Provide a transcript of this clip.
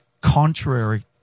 contrary